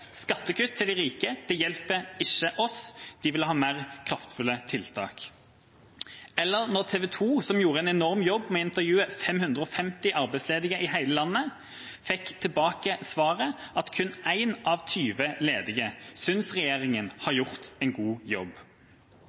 Skattekutt til de rike hjelper ikke oss. De ville ha mer kraftfulle tiltak. TV 2 har gjort en enorm jobb med å intervjue 550 arbeidsledige i hele landet og fikk tilbake som svar at kun 1 av 20 ledige synes regjeringa har gjort en god jobb.